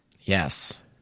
Yes